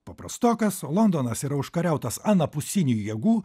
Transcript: paprastokas londonas yra užkariautas anapusinių jėgų